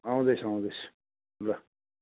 आउँदै छु आउँदै छु ल